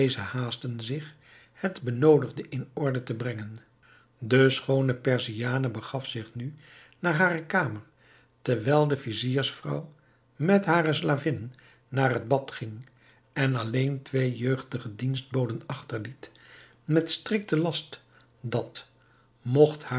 haastten zich het benoodigde in orde te brengen de schoone perziane begaf zich nu naar hare kamer terwijl de viziersvrouw met hare slavinnen naar het bad ging en alleen twee jeugdige dienstboden achterliet met strikten last dat mogt